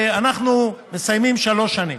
אנחנו מסיימים שלוש שנים.